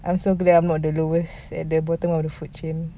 I'm so glad I'm not the lowest at the bottom of the food chain